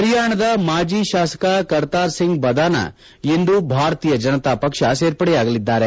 ಪರಿಯಾಣದ ಮಾಜಿ ಶಾಸಕ ಕರ್ತಾರ್ ಸಿಂಗ್ ಭಾದಾನ ಇಂದು ಭಾರತೀಯ ಜನತಾ ಪಕ್ಷ ಸೇರ್ಪಡೆಯಾಗಿದ್ದಾರೆ